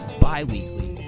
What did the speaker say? bi-weekly